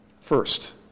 first